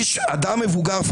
אדם מבוגר,